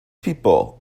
people